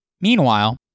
Meanwhile